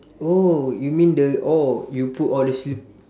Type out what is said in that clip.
oh you mean the oh you put all the sli~